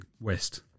West